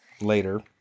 Later